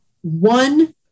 one